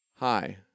Hi